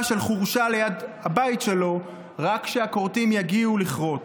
של חורשה ליד הבית שלו רק כשהכורתים יגיעו לכרות.